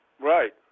Right